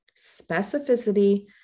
Specificity